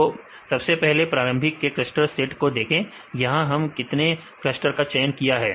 तो सबसे पहले प्रारंभिक k क्लस्टर सेट को देखें यहां हमने कितने क्लस्टर का चयन किया है